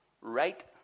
Right